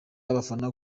abafana